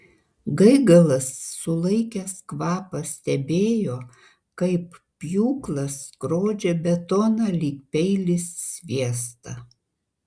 gaigalas sulaikęs kvapą stebėjo kaip pjūklas skrodžia betoną lyg peilis sviestą